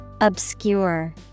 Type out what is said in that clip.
Obscure